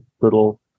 little